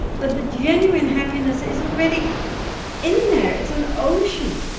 but the genuine happiness is already in there, it's an ocean,